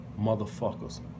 motherfuckers